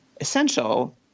essential